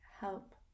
help